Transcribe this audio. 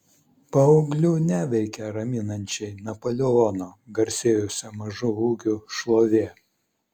paauglių neveikia raminančiai napoleono garsėjusio mažu ūgiu šlovė